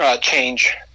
change